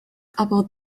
about